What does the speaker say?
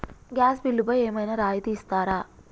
Gas బిల్లుపై ఏమైనా రాయితీ ఇస్తారా?